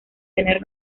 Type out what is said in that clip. tener